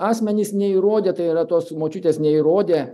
asmenys neįrodė tai yra tos močiutės neįrodė